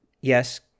yes